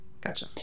Gotcha